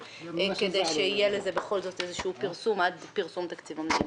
כדי שיהיה לזה בכל זאת איזשהו פרסום עד פרסום תקציב המדינה.